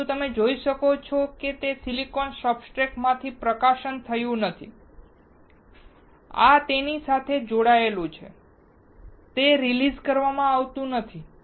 પરંતુ તમે જે જોઈ શકો છો તે સિલિકોન સબસ્ટ્રેટ માંથી પ્રકાશન થયું નથી આ તેની સાથે જોડાયેલું છે તે રિલીઝ કરવામાં આવતું નથી